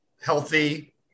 healthy